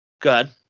good